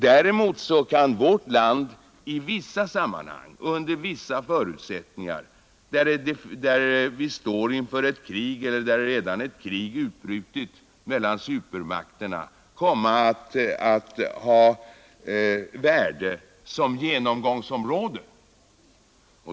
Däremot kan vårt land i vissa sammanhang och under vissa förutsättningar — när vi står inför ett krig eller när ett krig redan utbrutit mellan supermakterna — ha värde som genomgångsområde.